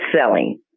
selling